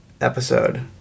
episode